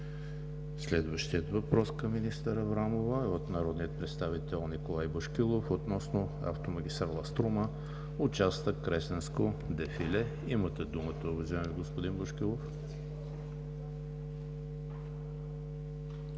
Следващият въпрос към министър Аврамова е от народния представител Николай Бошкилов относно автомагистрала „Струма“, участък Кресненско дефиле. Имате думата, уважаеми господин Бошкилов.